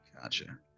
Gotcha